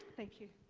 thank you.